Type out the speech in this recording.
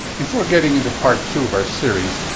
before getting into part two of our series,